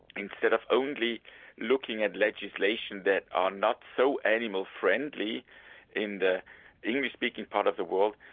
instead of only looking at legislation that are not so animal friendly in the english speaking part of the world,